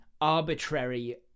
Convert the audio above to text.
arbitrary